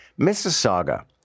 Mississauga